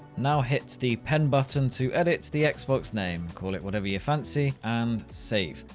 now hit the pen button to edit the xbox name. call it whatever you fancy and save.